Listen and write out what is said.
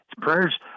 prayers